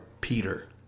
Peter